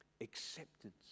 Acceptance